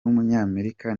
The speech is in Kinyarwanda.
w’umunyamerika